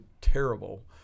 terrible